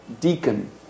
deacon